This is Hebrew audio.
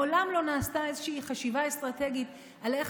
מעולם לא נעשתה איזושהי חשיבה אסטרטגית איך